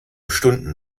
stunden